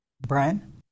Brian